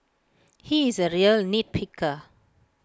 he is A real nit picker